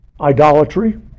idolatry